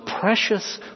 precious